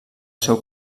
seu